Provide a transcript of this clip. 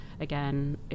again